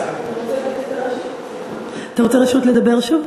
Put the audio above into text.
אתה רוצה רשות לדבר שוב?